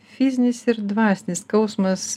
fizinis ir dvasinis skausmas